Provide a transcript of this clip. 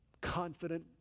confident